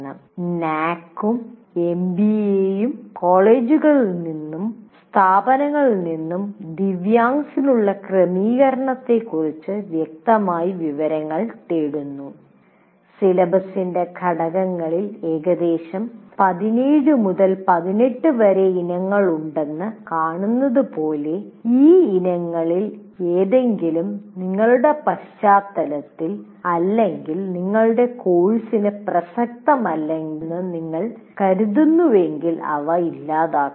എൻഎഎസിയും എൻബിഎയും കോളേജുകളിൽ നിന്നും സ്ഥാപനങ്ങളിൽ നിന്നും ദിവ്യാങ്സിനുള്ള ക്രമീകരണങ്ങളെക്കുറിച്ച് വ്യക്തമായി വിവരങ്ങൾ തേടുന്നു സിലബസിന്റെ ഘടകങ്ങളിൽ ഏകദേശം 17 മുതൽ 18 വരെ ഇനങ്ങൾ ഉണ്ടെന്ന് കാണുന്നതുപോലെ ഈ ഇനങ്ങളിൽ ഏതെങ്കിലും നിങ്ങളുടെ പശ്ചാത്തലത്തിൽ അല്ലെങ്കിൽ നിങ്ങളുടെ കോഴ്സിന് പ്രസക്തമല്ലെന്ന് നിങ്ങൾ കരുതുന്നുവെങ്കിൽ അവ ഇല്ലാതാക്കാം